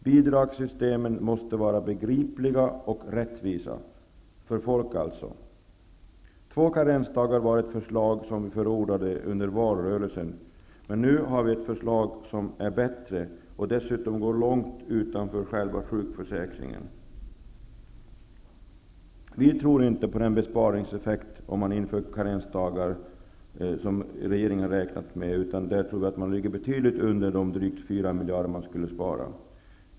Bidragssystemen måste vara begripliga och rättvisa för folk. Två karensdagar förordade vi under valrörelsen, men nu har vi ett förslag som är bättre och som dessutom går långt utanför själva sjukförsäkringen. Vi tror inte på den besparingseffekt av karensdagar som regeringen har räknat med. Vi tror att besparingen blir betydligt mindre än de 4 miljarder som beräknats.